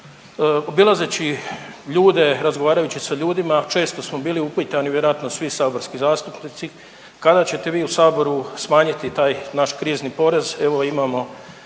Obilazeći ljude i razgovarajući sa ljudima često smo bili upitani vjerojatno svi saborski zastupnici kada ćete vi u saboru smanjiti taj naš krizni porez, evo imamo